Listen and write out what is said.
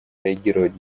реагировать